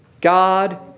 God